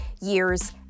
years